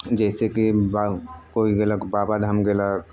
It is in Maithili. जैसे कि बा कोइ गेलक बाबाधाम गेलक